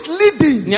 leading